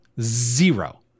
Zero